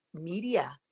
media